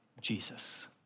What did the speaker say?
Jesus